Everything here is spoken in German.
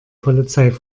polizei